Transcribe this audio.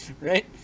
Right